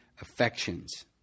affections